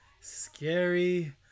scary